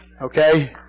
Okay